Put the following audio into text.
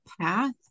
path